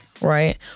Right